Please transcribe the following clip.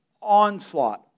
onslaught